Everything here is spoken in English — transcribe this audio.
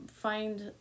find